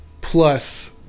plus